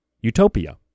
utopia